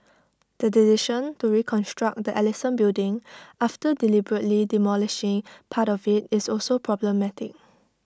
the decision to reconstruct the Ellison building after deliberately demolishing part of IT is also problematic